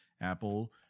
Apple